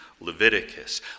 Leviticus